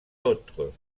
autres